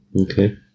okay